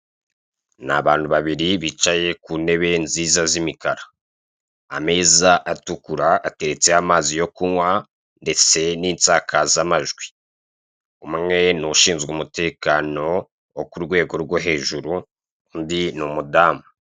Ni abantu babiri bicaye ku ntebe nziza z'imikara, ameza atukura ateretseho amazi yo kunywa ndetse n'insakazamajwi. Umwe ni uwushinzwe umutekeno wo ku rwego rwo hejuru undi ni umudamu